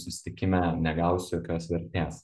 susitikime negausiu jokios vertės